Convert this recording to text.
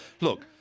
Look